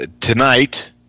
Tonight